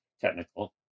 technical